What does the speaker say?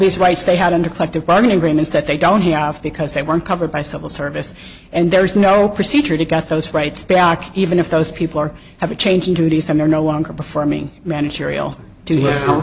these rights they had under collective bargaining agreements that they don't have because they weren't covered by civil service and there is no procedure to get those rights back even if those people are have a change in duties and they're no longer performing managerial to